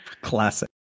Classic